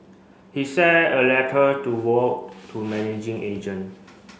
he share a letter to wrote to managing agent